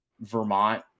vermont